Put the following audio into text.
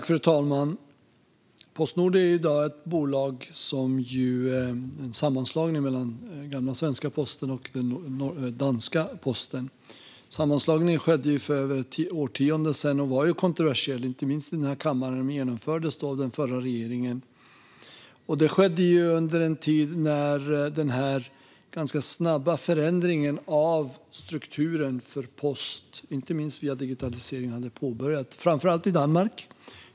Fru talman! Postnord är ett bolag som är en sammanslagning av den gamla svenska posten och den gamla danska posten. Sammanslagningen skedde för över ett årtionde sedan och var, inte minst i denna kammare, kontroversiell när den genomfördes av den förra regeringen. Detta skedde under en tid när den ganska snabba förändringen av poststrukturen, inte minst via digitaliseringen, hade påbörjats, framför allt i Danmark.